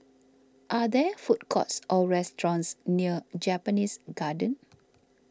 are there food courts or restaurants near Japanese Garden